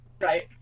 Right